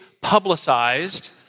publicized